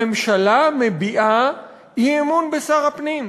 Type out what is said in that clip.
הממשלה מביעה אי-אמון בשר הפנים.